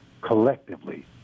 collectively